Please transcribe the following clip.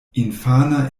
infana